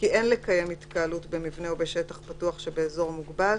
כי אין לקיים התקהלות במבנה או בשטח פתוח שבאזור מוגבל,